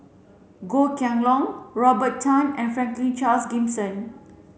Goh Kheng Long Robert Tan and Franklin Charles Gimson